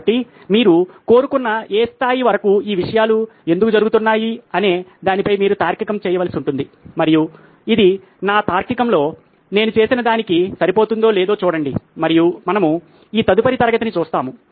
కాబట్టి మీరు కోరుకున్న ఏ స్థాయి వరకు ఈ విషయాలు ఎందుకు జరుగుతున్నాయి అనే దానిపై మీరు తార్కికం చేయవలసి ఉంటుంది మరియు ఇది నా తార్కికంలో నేను చేసిన దానికి సరిపోతుందో లేదో చూడండి మరియు మనము ఈ తదుపరి తరగతిని చూస్తాము